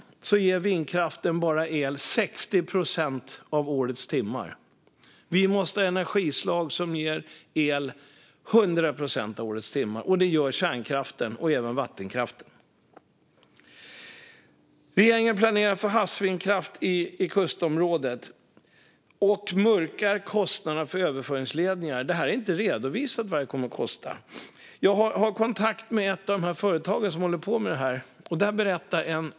Dessutom ger vindkraften el bara under 60 procent av årets timmar. Vi måste ha energislag som ger el 100 procent av årets timmar. Och kärnkraften och även vattenkraften ger det. Regeringen planerar för havsbaserad vindkraft i kustområdet och mörkar kostnaderna för överföringsledningar. Det har inte redovisats vad det kommer att kosta. Jag har kontakt med ett av de företag som håller på med detta.